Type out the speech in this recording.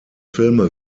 filme